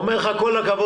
הוא אומר לך 'כל הכבוד,